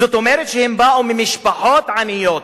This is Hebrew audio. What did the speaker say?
זאת אומרת שהם באו ממשפחות עניות.